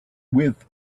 with